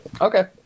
Okay